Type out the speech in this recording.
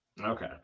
Okay